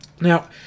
now